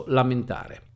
lamentare